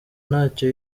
ntacyo